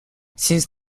since